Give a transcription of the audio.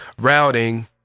routing